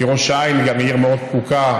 כי גם ראש העין היא עיר מאוד פקוקה,